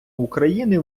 україни